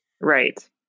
right